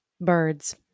birds